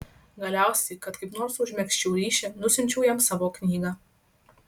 galiausiai kad kaip nors užmegzčiau ryšį nusiunčiau jam savo knygą